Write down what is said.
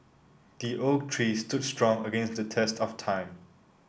the oak tree stood strong against the test of time